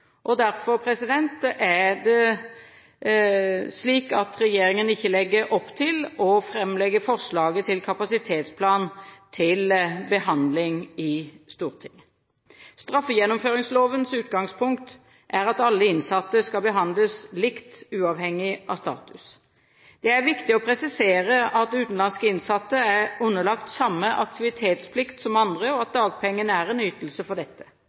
måte. Derfor er det slik at regjeringen ikke legger opp til å framlegge forslaget til kapasitetsplan til behandling i Stortinget. Straffegjennomføringslovens utgangspunkt er at alle innsatte skal behandles likt uavhengig av status. Det er viktig å presisere at utenlandske innsatte er underlagt samme aktivitetsplikt som andre, og at dagpengene er en ytelse for dette.